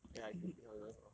ya if you being honest hor